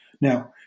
Now